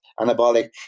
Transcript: anabolic